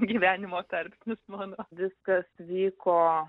gyvenimo tarpsnis mano viskas vyko